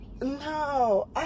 no